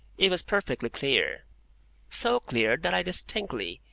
it was perfectly clear so clear that i distinctly,